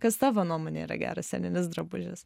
kas tavo nuomone yra geras sceninis drabužis